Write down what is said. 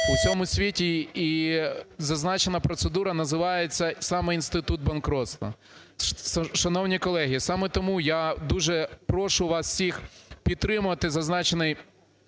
в усьому світі зазначена процедура називається саме інститут банкрутства. Шановні колеги, саме тому я дуже прошу вас всіх підтримати зазначений